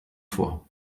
vor